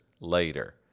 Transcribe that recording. later